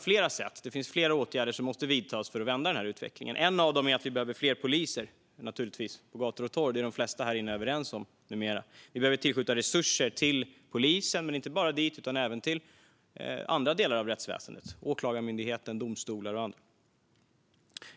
Flera åtgärder måste vidtas för att vända utvecklingen, och en av dem är naturligtvis att vi behöver fler poliser på gator och torg, något som de flesta här inne numera är överens om. Vi behöver tillskjuta resurser till polisen men inte bara dit utan även till andra delar av rättsväsendet: Åklagarmyndigheten, domstolar och annat.